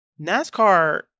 nascar